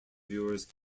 viewers